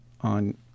on